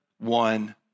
one